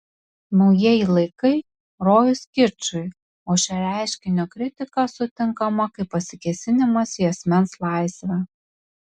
naujieji laikai rojus kičui o šio reiškinio kritika sutinkama kaip pasikėsinimas į asmens laisvę